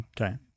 Okay